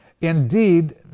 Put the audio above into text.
Indeed